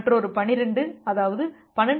மற்றொரு 12அதாவது 12